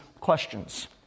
questions